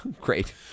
Great